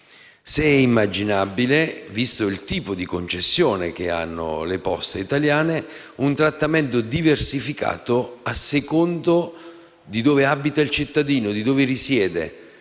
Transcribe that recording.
se sia immaginabile, visto il tipo di concessione che hanno le Poste italiane, un trattamento diversificato a seconda di dove abiti il cittadino, di dove risiede: